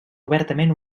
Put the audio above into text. obertament